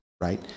right